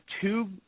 two –